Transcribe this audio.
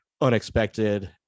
unexpected